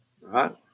right